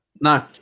No